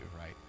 right